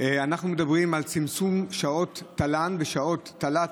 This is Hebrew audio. אנחנו מדברים על צמצום שעות תל"ן ושעות תל"ת